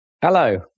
Hello